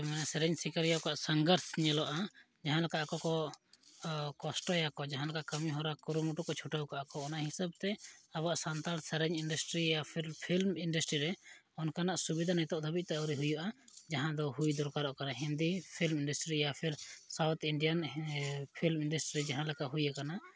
ᱢᱟᱱᱮ ᱥᱮᱨᱮᱧ ᱥᱤᱠᱟᱹᱨᱤᱭᱟᱹ ᱠᱚᱣᱟᱜ ᱥᱚᱝᱜᱷᱚᱨᱥ ᱧᱮᱞᱚᱜᱼᱟ ᱡᱟᱦᱟᱸ ᱞᱮᱠᱟ ᱟᱠᱚ ᱠᱚ ᱠᱚᱥᱴᱚ ᱭᱟᱠᱚ ᱡᱟᱦᱟᱸ ᱞᱮᱠᱟ ᱠᱟᱹᱢᱤ ᱦᱚᱨᱟ ᱠᱩᱨᱩᱢᱩᱴᱩ ᱠᱚ ᱪᱷᱩᱴᱟᱹᱣ ᱠᱚᱜᱼᱟᱠᱚ ᱚᱱᱟ ᱦᱤᱥᱟᱹᱵᱽᱛᱮ ᱟᱵᱚᱣᱟᱜ ᱥᱟᱱᱛᱟᱲ ᱨᱮᱥᱮᱧ ᱤᱱᱰᱟᱥᱴᱨᱤ ᱯᱷᱤᱞᱤᱢ ᱤᱱᱰᱟᱥᱴᱨᱤ ᱨᱮ ᱚᱱᱠᱟᱱᱟᱜ ᱥᱩᱵᱤᱫᱷᱟ ᱱᱤᱛᱳᱜ ᱫᱷᱟᱹᱵᱤᱡᱛᱮ ᱟᱹᱣᱨᱤ ᱦᱩᱭᱩᱜᱼᱟ ᱡᱟᱦᱟᱸ ᱫᱚ ᱦᱩᱭ ᱫᱚᱨᱠᱟᱨᱚᱜ ᱠᱟᱱᱟ ᱦᱤᱱᱫᱤ ᱯᱷᱤᱞᱤᱢ ᱤᱱᱰᱟᱥᱴᱨᱤ ᱭᱟ ᱯᱷᱤᱨ ᱥᱟᱣᱩᱛᱷ ᱤᱱᱰᱤᱭᱟᱱ ᱯᱷᱤᱞᱤᱢ ᱤᱱᱰᱟᱥᱴᱨᱤ ᱨᱮ ᱡᱟᱦᱟᱸ ᱞᱮᱠᱟ ᱦᱩᱭ ᱠᱟᱱᱟ